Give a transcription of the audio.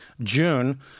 June